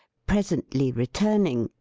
presently returning,